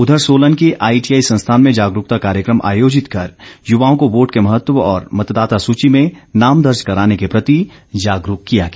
उधर सोलन के आईटीआई संस्थान में जागरूकता कार्यक्रम आयोजित कर युवाओं को वोट के महत्व और मतदाता सूची में नाम दर्ज कराने के प्रति जागरूक किया गया